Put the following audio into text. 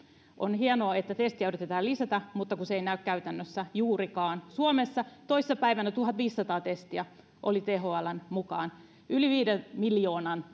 on hienoa että testejä yritetään lisätä mutta kun se ei näy käytännössä juurikaan suomessa toissapäivänä oli tuhatviisisataa testiä thln mukaan yli viiden miljoonan